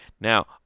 now